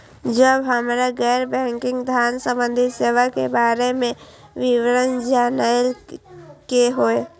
जब हमरा गैर बैंकिंग धान संबंधी सेवा के बारे में विवरण जानय के होय?